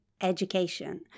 education